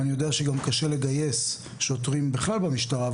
ואני יודע שגם קשה לגייס שוטרים בכלל במשטרה,